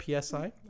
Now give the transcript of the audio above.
psi